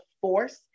force